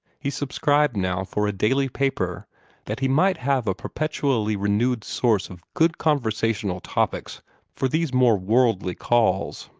he subscribed now for a daily paper that he might have a perpetually renewed source of good conversational topics for these more worldly calls.